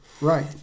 right